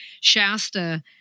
Shasta